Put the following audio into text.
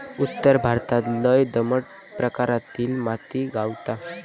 उत्तर भारतात लय दमट प्रकारातली माती गावता